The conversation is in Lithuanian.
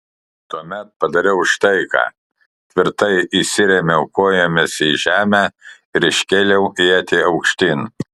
tuomet padariau štai ką tvirtai įsirėmiau kojomis į žemę ir iškėliau ietį aukštyn